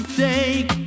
take